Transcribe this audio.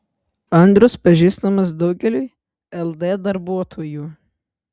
andrius pažįstamas daugeliui ld darbuotojų